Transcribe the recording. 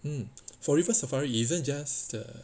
mm for river safari isn't just a